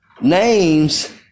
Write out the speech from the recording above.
names